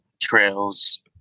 trails